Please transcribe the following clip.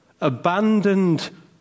abandoned